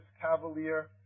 cavalier